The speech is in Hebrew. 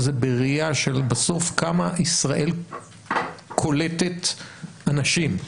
זה בראייה של בסוף כמה ישראל קולטת אנשים,